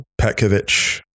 Petkovic